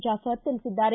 ಜಾಫರ್ ತಿಳಿಸಿದ್ದಾರೆ